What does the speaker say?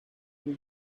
two